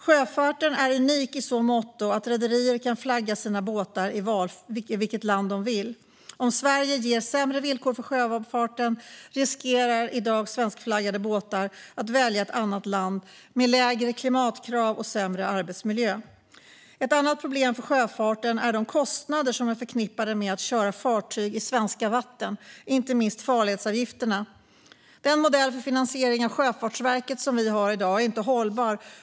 Sjöfarten är unik i så måtto att rederier kan flagga sina båtar i vilket land de vill. Om Sverige ger sämre villkor för sjöfarten riskerar vi att i dag svenskflaggade båtar flaggas i ett annat land med lägre klimatkrav och sämre arbetsmiljö. Ett annat problem för sjöfarten är de kostnader som är förknippade med att köra fartyg i svenska vatten, inte minst farledsavgifterna. Den modell för finansiering av Sjöfartsverket som vi har i dag är inte hållbar.